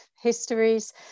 histories